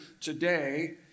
today